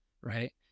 right